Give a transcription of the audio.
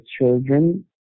children